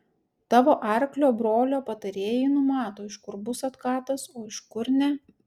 tavo arklio brolio patarėjai numato iš kur bus atkatas o iš kur ne